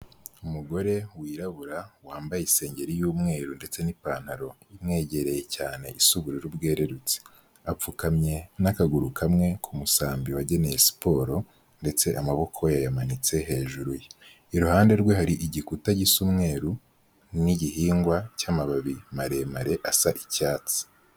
Umugore wirabura wambaye isengeri y’umweru, ndetse n’ipantaro imwegereye cyane isa ubururu bwererutse, apfukamye n’akaguru kamwe k’umusambi wageneye siporo ndetse amaboko ye yamanitse hejuru ye. Iruhande rwe, hari igikuta gisa n’umweru n’igihingwa cy’amababi maremare asa icyatsi.